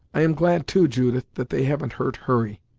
i am glad too, judith, that they haven't hurt hurry.